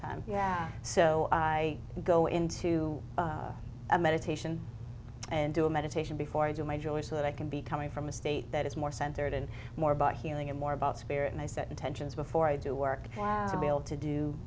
time yeah so i go in to a meditation and do a meditation before i do my joy so that i can be coming from a state that is more centered and more about healing and more about spirit and i set intentions before i do work to